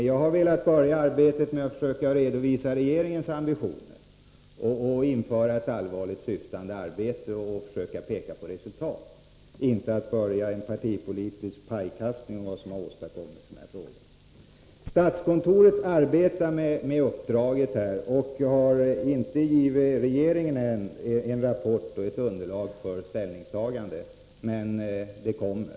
Jag har velat börja arbetet med att redovisa regeringens ambitioner, införa ett allvarligt syftande arbete och försöka peka på resultat, inte att börja en partipolitisk pajkastning när det gäller vad som har åstadkommits i dessa frågor. Statskontoret arbetar med uppdraget, och jag har ännu inte givit regeringen någon rapport eller något underlag för ställningstagande, men det kommer.